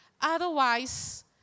Otherwise